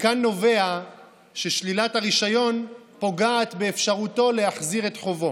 מכאן נובע ששלילת הרישיון פוגעת באפשרותו להחזיר את חובו.